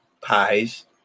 Pies